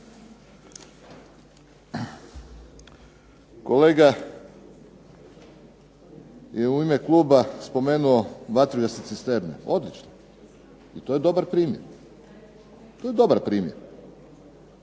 Kolega je u ime Kluba spomenuo ... sisteme, odlično i to je dobar primjer, rekao primjer